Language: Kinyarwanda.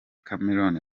cameron